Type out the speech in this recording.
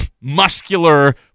muscular